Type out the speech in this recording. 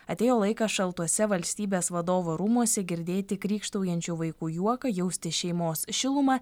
atėjo laikas šaltuose valstybės vadovo rūmuose girdėti krykštaujančių vaikų juoką jausti šeimos šilumą